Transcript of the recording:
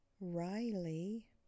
Riley